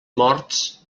morts